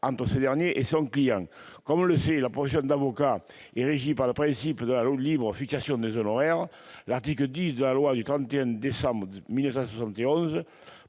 entre ce dernier et son client. Comme on le sait, la profession d'avocat est régie par le principe de la libre fixation des honoraires. L'article 10 de la loi du 31 décembre 1971